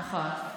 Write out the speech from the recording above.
נכון?